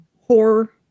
horror